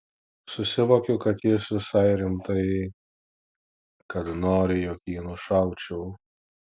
susivokiu kad jis visai rimtai kad nori jog jį nušaučiau